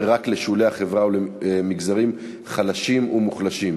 רק לשולי החברה ולמגזרים חלשים ומוחלשים,